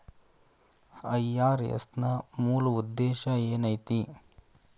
IRS ನ ಮೂಲ್ ಉದ್ದೇಶ ಏನೈತಿ?